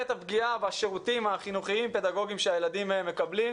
את הפגיעה בשירותים החינוכיים-פדגוגיים שהילדים מקבלים.